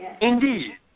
Indeed